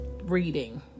reading